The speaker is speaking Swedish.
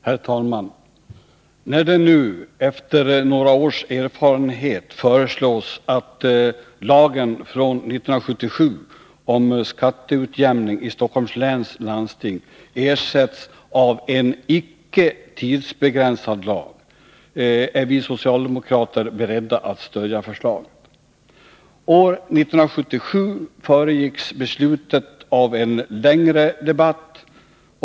Herr talman! När det nu, efter några års erfarenhet, föreslås att lagen från 1977 om skatteutjämning i Stockholms läns landsting ersätts av en icke tidsbegränsad lag, är vi socialdemokrater beredda att stödja förslaget. År 1977 föregicks beslutet av en längre debatt.